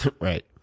Right